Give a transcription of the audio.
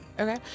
Okay